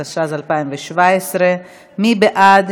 התשע"ז 2017. מי בעד?